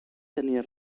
tenia